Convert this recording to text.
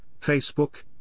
Facebook